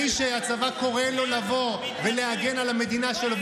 מה זה "אין מתנדבים"?